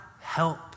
help